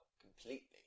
completely